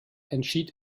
entschied